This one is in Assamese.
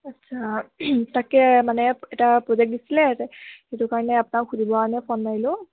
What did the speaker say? আচ্ছা তাকে মানে এটা প্ৰজেক্ট দিছিলে সেইটো কাৰণে আপোনাক সুধিবৰ কাৰণে ফোন মাৰিলোঁ